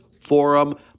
forum